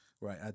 Right